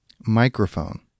Microphone